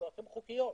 חוקיות